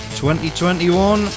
2021